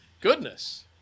Goodness